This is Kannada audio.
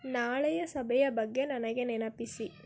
ನಾಳೆಯ ಸಭೆಯ ಬಗ್ಗೆ ನನಗೆ ನೆನಪಿಸಿ